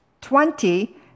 twenty